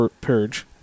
Purge